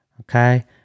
okay